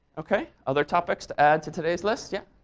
ok. other topics to add to today's list? yeah?